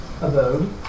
abode